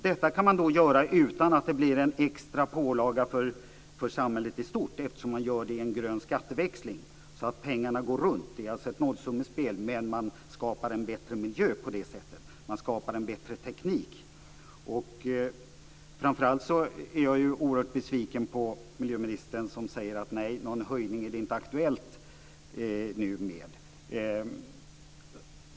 Detta kan man göra utan att det blir en extra pålaga för samhället i stort eftersom man gör det i en grön skatteväxling, så att pengarna går runt. Det är alltså ett nollsummespel, men man skapar på det sättet en bättre miljö och bättre teknik. Framför allt är jag oerhört besviken på miljöministern som säger att nej, någon höjning är det nu inte aktuellt med.